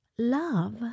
Love